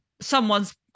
someone's